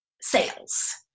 sales